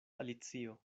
alicio